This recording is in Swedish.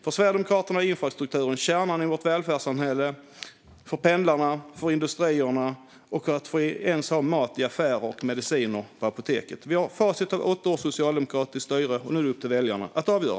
För Sverigedemokraterna är infrastrukturen kärnan i vårt välfärdssamhälle - för pendlarna, för industrierna och för att vi över huvud taget ska ha mat i affärerna och mediciner på apoteket. Vi har facit av åtta års socialdemokratiskt styre. Nu är det upp till väljarna att avgöra.